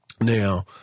Now